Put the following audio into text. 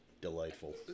Delightful